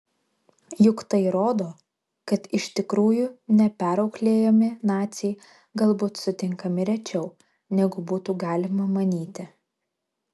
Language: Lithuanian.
juk tai rodo kad iš tikrųjų neperauklėjami naciai galbūt sutinkami rečiau negu būtų galima manyti